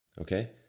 okay